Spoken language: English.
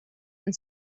and